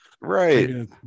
right